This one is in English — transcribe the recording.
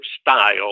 style